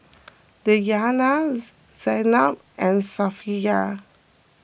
Diyana Zaynab and Safiya